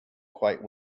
quite